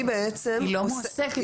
היא לא מועסקת.